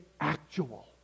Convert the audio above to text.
actual